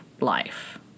life